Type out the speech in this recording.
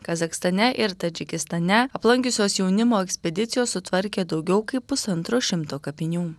kazachstane ir tadžikistane aplankiusios jaunimo ekspedicijos sutvarkė daugiau kaip pusantro šimto kapinių